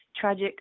tragic